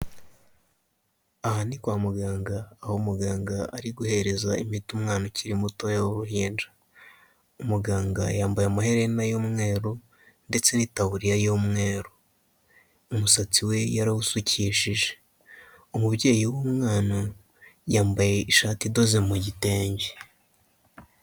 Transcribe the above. Aha ni kwa muganga aho muganga ari guhereza imiti umwana ukiri mutoya w'uruhinja, umuganga yambaye amaherena y'umweru ndetse n'itaburiya y'umweru, umusatsi we yarawusukishije, umubyeyi w'umwana yambaye ishati idoze mu gitenge.